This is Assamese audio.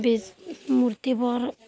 বিজ মূৰ্তিবোৰ